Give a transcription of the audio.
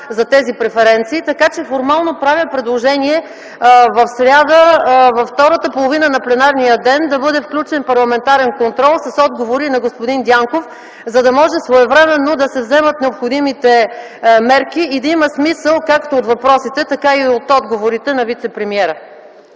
за тези преференции. Правя формално предложение в сряда във втората половина на пленарния ден да бъде включен парламентарен контрол с отговори на министър Дянков, за да може своевременно да се вземат необходимите мерки и да има смисъл както от въпросите, така и от отговорите на вицепремиера.